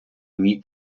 мій